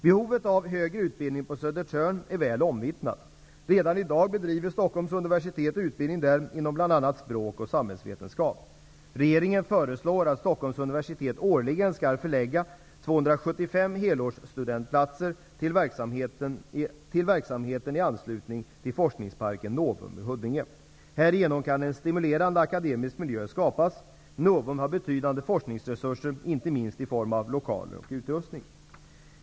Behovet av högre utbildning på Södertörn är väl omvittnat. Redan i dag bedriver Stockholms universitet utbildning där inom bl.a. språk och samhällsvetenskap. Regeringen föreslår att Stockholms universitet årligen skall förlägga 275 Härigenom kan en stimulerande akademisk miljö skapas. Novum har betydande forskningsresurser inte minst i form av lokaler och utrustning.